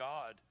God